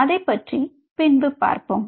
அதை பற்றி பின்பு பார்ப்போம்